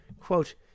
Quote